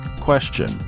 question